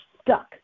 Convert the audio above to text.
stuck